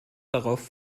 darauf